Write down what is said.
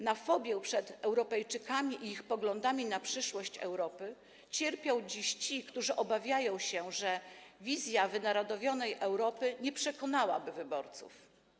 Na fobię przed Europejczykami i ich poglądami na przyszłość Europy cierpią dziś ci, którzy obawiają się, że wizja wynarodowionej Europy nie przekonałaby wyborców.